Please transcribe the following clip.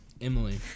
Emily